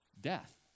death